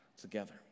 together